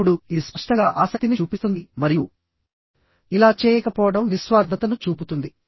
ఇప్పుడు ఇది స్పష్టంగా ఆసక్తిని చూపిస్తుంది మరియు ఇలా చేయకపోవడం నిస్వార్థతను చూపుతుంది